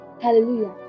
Hallelujah